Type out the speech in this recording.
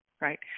right